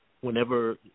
whenever